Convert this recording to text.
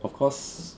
of course